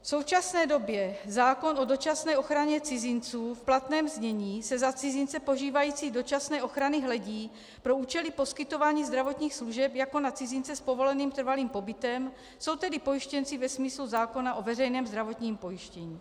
V současné době zákon o dočasné ochraně cizinců v platném znění se na cizince požívající dočasné ochrany hledí pro účely poskytování zdravotních služeb jako na cizince s povoleným trvalým pobytem, jsou tedy pojištěnci ve smyslu zákona o veřejném zdravotním pojištění.